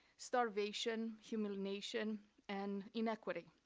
starvation, humiliation and inequity.